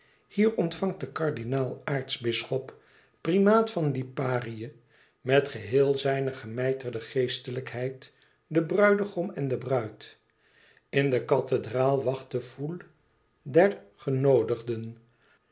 hier ontvangt de kardinaal aartsbisschop primaat van liparië met geheel zijne gemijterde geestelijkheid den bruidegom en de bruid in de kathedraal wacht de foule der genoodigden